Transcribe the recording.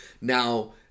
Now